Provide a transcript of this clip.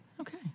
Okay